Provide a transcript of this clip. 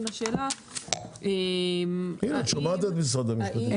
לשאלה --- את שומעת את משרד המשפטים.